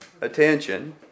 attention